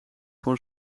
voor